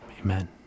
amen